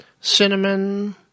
cinnamon